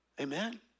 Amen